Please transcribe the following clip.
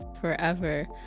forever